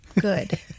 Good